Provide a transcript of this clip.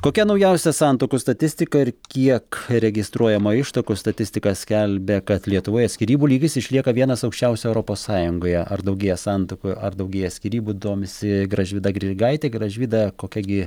kokia naujausia santuokų statistika ir kiek registruojama ištuokų statistika skelbia kad lietuvoje skyrybų lygis išlieka vienas aukščiausių europos sąjungoje ar daugėja santuokų ar daugėja skyrybų domisi gražvyda grigaitė gražvyda kokia gi